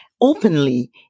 openly